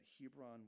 Hebron